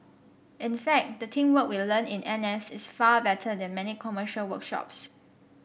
in fact the teamwork we learn in N S is far better than many commercial workshops